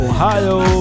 Ohio